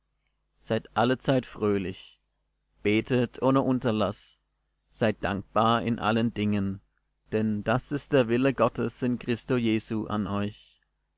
seid allezeit fröhlich betet ohne unterlaß seid dankbar in allen dingen denn das ist der wille gottes in christo jesu an euch